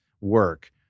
work